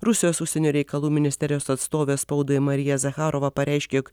rusijos užsienio reikalų ministerijos atstovė spaudai marija zacharova pareiškė jog